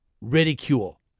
ridicule